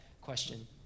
question